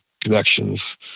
connections